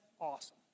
awesome